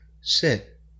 sit